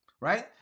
right